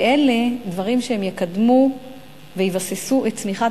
ואלה דברים שיקדמו ויבססו את צמיחת